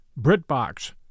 BritBox